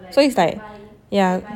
so it's like yeah